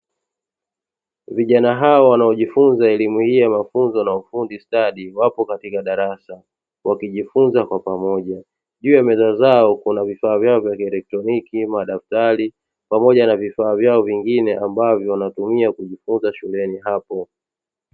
Vijana hao wanaojifunza elimu hii ya mafunzo na ufundi stadi wapo katika darasa wakijifunza kwa pamoja juu ya meza zao kuna vifaa vyao vya kielektroniki, madaftari pamoja na vifaa vyao vingine ambavyo wanatumia kujifunza shuleni hapo.